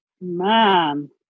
Man